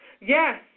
Yes